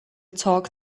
talk